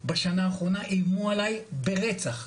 בשנה האחרונה איימו עלי ברצח,